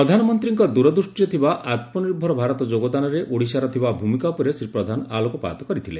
ପ୍ରଧାନମନ୍ତୀଙ୍କ ଦୂରଦୃଷିରେ ଥିବା ଆତ୍ମନିଭର ଭାରତ ଯୋଗଦାନରେ ଓଡ଼ିଶାର ଥିବା ଭ୍ରମିକା ଉପରେ ଶ୍ରୀ ପ୍ରଧାନ ଆଲୋକପାତ କରିଥିଲେ